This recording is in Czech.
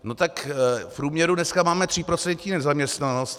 V průměru dneska máme tříprocentní nezaměstnanost.